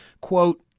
quote